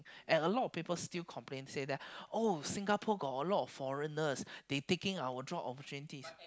and a lot of people still complain say that oh Singapore Got a lot of foreigners they taking our job opportunities